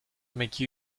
make